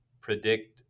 predict